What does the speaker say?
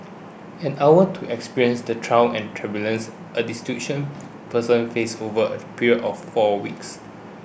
an hour to experience the trials and a person faces over a period of four weeks